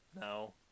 No